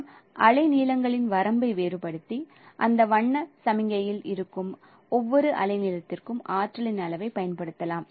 நாம் அலைநீளங்களின் வரம்பை வேறுபடுத்தி அந்த வண்ண சமிக்ஞையில் இருக்கும் ஒவ்வொரு அலைநீளத்திற்கும் ஆற்றலின் அளவைப் பயன்படுத்தலாம்